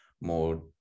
more